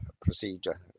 procedure